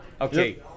Okay